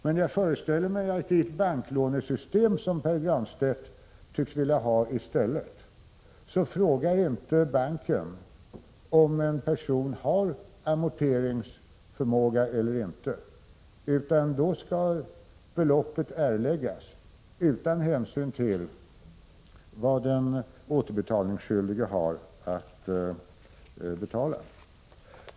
Men jag föreställer mig att i det banklånesystem som Pär Granstedt i stället tycks vilja ha frågar inte banken om en person har amorteringsförmåga eller inte, utan där skall beloppet erläggas utan hänsyn till vad den återbetalningsskyldige har att betala.